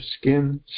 skin